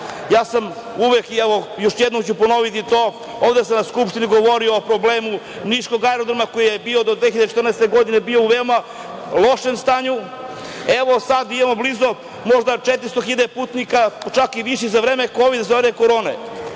ja sam uvek i evo još jednom ću ponoviti to. Ovde sam na skupštini govorio o problemu niškog aerodroma koji je bio do 2014. godine, bio u veoma lošem stanju, evo sada imamo blizu možda 400.000 putnika, čak i više za vreme kovid, za vreme korone.